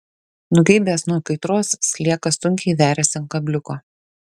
nugeibęs nuo kaitros sliekas sunkiai veriasi ant kabliuko